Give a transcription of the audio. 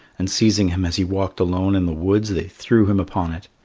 and seizing him as he walked alone in the woods, they threw him upon it.